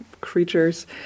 creatures